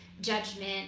judgment